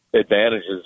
advantages